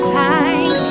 time